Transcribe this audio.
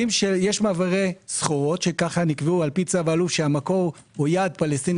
מעברי סחורות שכך נקבעו על פי צו אלוף שהמקור הוא יעד פלסטיני,